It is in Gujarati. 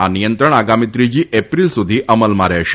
આ નિયંત્રણ આગામી ત્રીજી એપ્રિલ સુધી અમલમાં રહેશે